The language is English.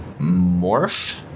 morph